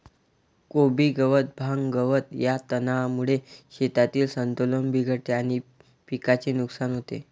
कोबी गवत, भांग, गवत या तणांमुळे शेतातील संतुलन बिघडते आणि पिकाचे नुकसान होते